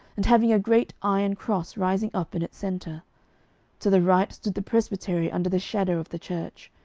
and having a great iron cross rising up in its centre to the right stood the presbytery under the shadow of the church.